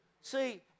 See